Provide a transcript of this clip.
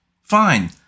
Fine